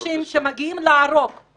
אני לא רוצה שאנשים שמגיעים להרוג ביודעין,